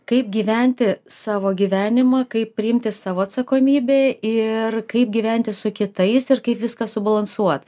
kaip gyventi savo gyvenimą kaip priimti savo atsakomybę ir kaip gyventi su kitais ir kaip viską subalansuot